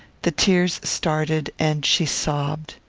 the tears started, and she sobbed.